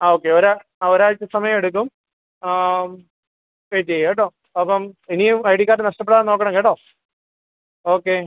ആ ഓക്കെ ഒരാഴ്ച്ച ആ ഒരാഴ്ച സമയമെടുക്കും ആ വെയിറ്റ് ചെയ്യൂട്ടോ അപ്പം ഇനിയും ഐ ഡി കാർഡ് നഷ്ടപ്പെടാതെ നോക്കണം കേട്ടോ ഓക്കെ